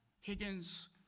Higgins